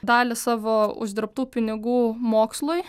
dalį savo uždirbtų pinigų mokslui